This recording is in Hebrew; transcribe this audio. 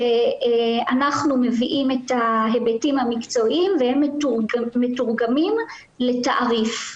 אנחנו מביאים את ההיבטים המקצועיים והם מתורגמים לתעריף.